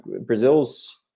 Brazil's